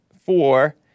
Four